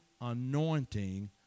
anointing